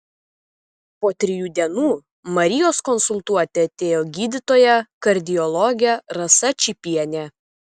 po trijų dienų marijos konsultuoti atėjo gydytoja kardiologė rasa čypienė